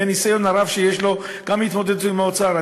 עם הניסיון הרב שיש לו גם מהתמודדות עם האוצר,